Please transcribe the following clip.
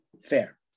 Fair